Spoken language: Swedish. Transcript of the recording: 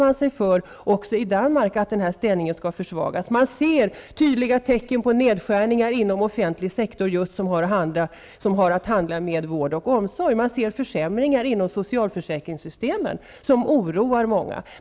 Man oroar sig också i Danmark för att denna ställning skall försvagas. Det finns tydliga tecken på nedskärningar inom offentlig sektor när det gäller vård och omsorg och försämringar inom socialförsäkringssystemen. Det här oroar många.